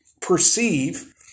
perceive